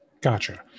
Gotcha